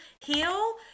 heal